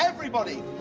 everybody,